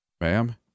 Ma'am